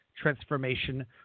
Transformation